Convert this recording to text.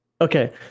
okay